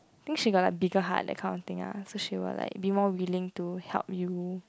think she got like bigger heart that kind of thing lah so she will like be more willing to help you